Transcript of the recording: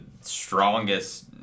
strongest